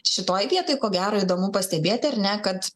šitoj vietoj ko gero įdomu pastebėti ar ne kad